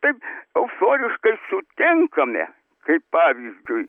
taip euforiškai sutinkame kaip pavyzdžiui